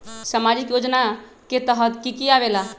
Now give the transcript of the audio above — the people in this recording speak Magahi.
समाजिक योजना के तहद कि की आवे ला?